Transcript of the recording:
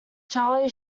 charlie